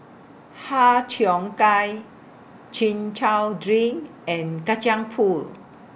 Har Cheong Gai Chin Chow Drink and Kacang Pool